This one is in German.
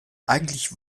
eigentlich